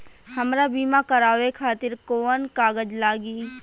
हमरा बीमा करावे खातिर कोवन कागज लागी?